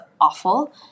awful